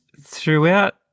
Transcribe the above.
throughout